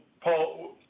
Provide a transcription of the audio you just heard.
Paul